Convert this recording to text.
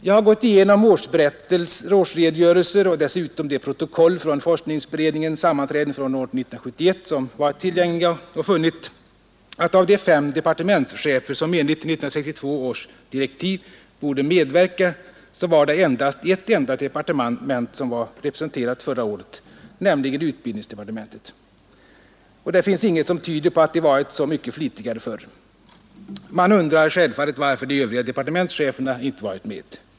Jag har gått igenom årsredogörelser och dessutom de protokoll från forskningsberedningens sammanträden från år 1971 som varit tillgängliga och funnit att av de fem departement som enligt 1962 års direktiv borde medverka så var det endast ett enda departement som var representerat förra året, nämligen utbildningsdepartementet. Det finns inget som tyder på att de varit så mycket flitigare förr. Man undrar självfallet varför de övriga departementscheferna inte varit med.